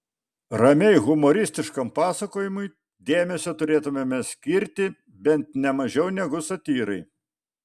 ramiai humoristiškam pasakojimui dėmesio turėtumėme skirti bent ne mažiau negu satyrai